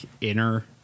inner